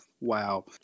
Wow